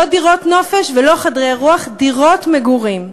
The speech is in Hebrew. לא דירות נופש ולא חדרי אירוח, דירות מגורים.